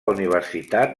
universitat